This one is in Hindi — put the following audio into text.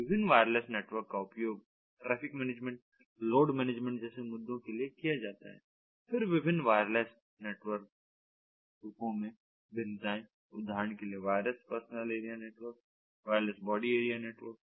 विभिन्न वायरलेस नेटवर्क का उपयोग ट्रैफ़िक मैनेजमेंट लोड मैनेजमेंट जैसे मुद्दों के लिए किया जाता है फिर विभिन्न वायरलेस नेटवर्क रूपों में भिन्नताएं उदाहरण के लिए wireless personal area network wireless body area network